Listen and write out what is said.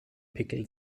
pickel